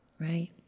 right